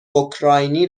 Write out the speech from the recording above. اوکراینی